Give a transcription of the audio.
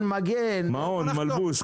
מגן, מעון, מלבוש,